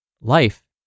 life